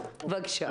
בבקשה.